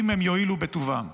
אם הם יואילו בטובם.